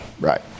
Right